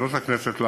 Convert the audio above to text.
בוועדות הכנסת,